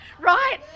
right